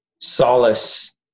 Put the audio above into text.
solace